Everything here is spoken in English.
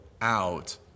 out